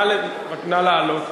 נא לעלות,